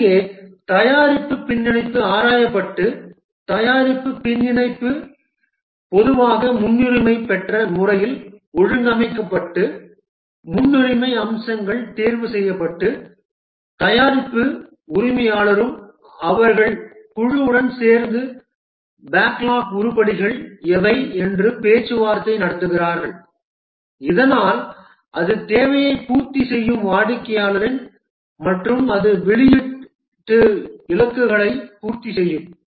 இங்கே தயாரிப்பு பின்னிணைப்பு ஆராயப்பட்டு தயாரிப்பு பின்னிணைப்பு பொதுவாக முன்னுரிமை பெற்ற முறையில் ஒழுங்கமைக்கப்பட்டு முன்னுரிமை அம்சங்கள் தேர்வு செய்யப்பட்டு தயாரிப்பு உரிமையாளரும் அவர்கள் குழுவுடன் சேர்ந்து பேக்லாக் உருப்படிகள் எவை என்று பேச்சுவார்த்தை நடத்துகிறார்கள் இதனால் அது தேவையை பூர்த்தி செய்யும் வாடிக்கையாளரின் மற்றும் அது வெளியீட்டு இலக்குகளை பூர்த்தி செய்யும்